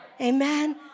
Amen